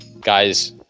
guys